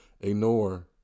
ignore